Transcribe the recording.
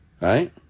right